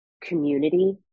community